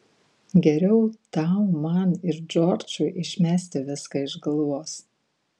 geriau tau man ir džordžui išmesti viską iš galvos